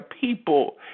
people